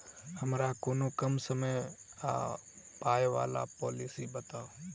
हमरा कोनो कम समय आ पाई वला पोलिसी बताई?